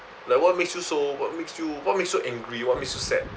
like what makes you so what makes you what makes you angry what makes you sad